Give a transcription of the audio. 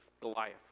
Goliath